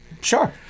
Sure